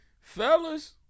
Fellas